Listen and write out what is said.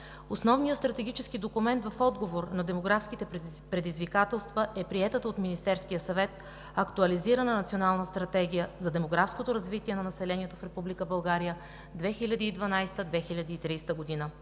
Основният стратегически документ в отговор на демографските предизвикателства е приетата от Министерския съвет Актуализирана национална стратегия за демографско развитие на населението в Република